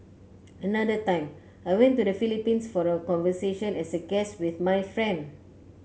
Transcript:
another time I went to the Philippines for a convention as a guest with my friend